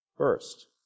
first